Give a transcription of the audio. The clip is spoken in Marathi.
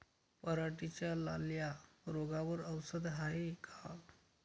पराटीच्या लाल्या रोगावर औषध हाये का?